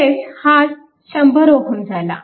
म्हणजेच हा 100 Ω झाला